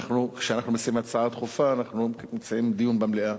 כשאנחנו מציעים הצעה דחופה אנחנו מציעים דיון במליאה,